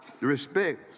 Respect